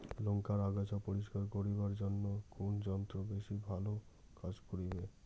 লংকার আগাছা পরিস্কার করিবার জইন্যে কুন যন্ত্র বেশি ভালো কাজ করিবে?